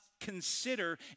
consider